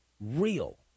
real